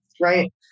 right